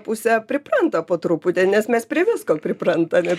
pusė pripranta po truputį nes mes prie visko priprantam ir